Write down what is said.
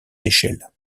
seychelles